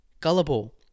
gullible